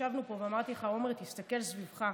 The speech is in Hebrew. ישבנו פה ואמרתי לך: עמר, תסתכל סביבך,